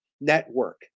network